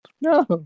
No